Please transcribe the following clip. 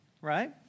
right